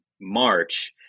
March